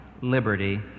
liberty